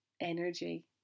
energy